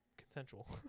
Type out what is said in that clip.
consensual